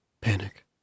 Panic